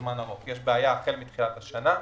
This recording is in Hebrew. לזמן ארוך, יש בעיה החל מתחילת השנה.